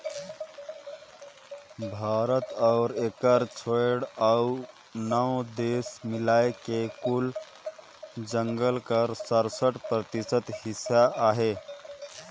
भारत अउ एकर छोंएड़ अउ नव देस मिलाए के कुल जंगल कर सरसठ परतिसत हिस्सा अहे